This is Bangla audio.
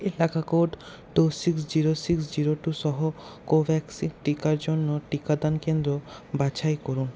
code two six zero six zero two সহ কোভ্যাক্সিন টিকার জন্য টিকাদান কেন্দ্র বাছাই করুন